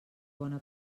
bona